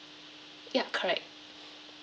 yup correct